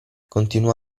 continuò